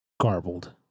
garbled